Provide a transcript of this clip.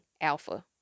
alpha